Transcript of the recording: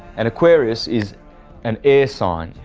and aquarius is an air sign,